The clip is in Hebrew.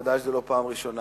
בוודאי שזאת לא הפעם הראשונה,